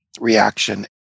reaction